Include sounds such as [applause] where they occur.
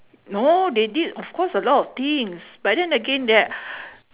no they did of course a lot of things but then again they are [breath]